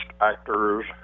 actors